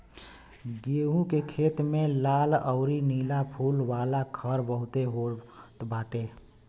गेंहू के खेत में लाल अउरी नीला फूल वाला खर बहुते होत बाटे